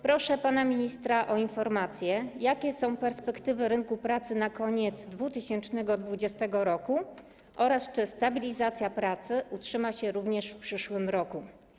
Proszę pana ministra o informację, jakie są perspektywy rynku pracy na koniec 2020 r. oraz czy stabilizacja pracy utrzyma się również w przyszłym roku.